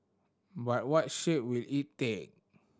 but what shape will it take